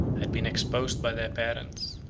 had been exposed by their parents,